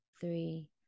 three